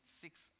six